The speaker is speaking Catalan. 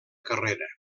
carrera